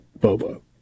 Bobo